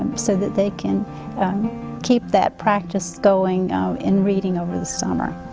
um so that they can keep that practice going in reading over the summer.